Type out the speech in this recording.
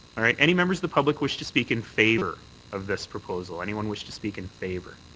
any members of the public wish to speak in favour of this proposal? anyone wish to speak in favour?